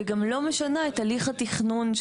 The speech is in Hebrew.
וגם לא משנה את הליך התכנון.